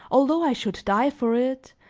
although i should die for it,